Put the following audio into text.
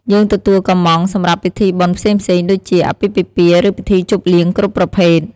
យើងទទួលកម្ម៉ង់សម្រាប់ពិធីបុណ្យផ្សេងៗ ដូចជា អាពាហ៍ពិពាហ៍ ឬពិធីជប់លៀងគ្រប់ប្រភេទ។